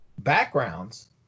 backgrounds